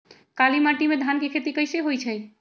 काली माटी में धान के खेती कईसे होइ छइ?